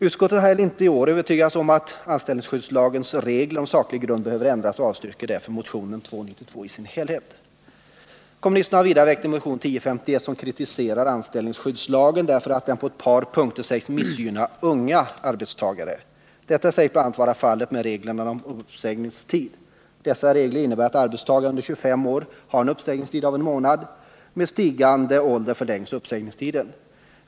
Utskottet har inte heller i år övertygats om att anställningsskyddslagens regler om saklig grund behöver ändras och avstyrker därför motionen 292 i dess helhet. Kommunisterna har vidare väckt en motion, 1978/79:1051, som kritiserar anställningsskyddslagen därför att den på ett par punkter sägs missgynna unga arbetstagare. Detta sägs bl.a. vara fallet med reglerna om uppsägningstid. Dessa regler innebär att arbetstagare under 25 år har en uppsägningstid av en månad. Uppsägningstiden förlängs med stigande ålder.